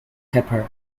pepper